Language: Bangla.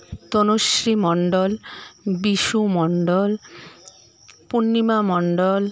তনুশ্রী মন্ডল বিশু মণ্ডল পূর্ণিমা মণ্ডল